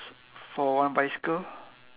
for one bicycle